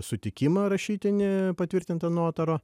sutikimą rašytinį patvirtintą notaro